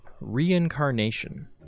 reincarnation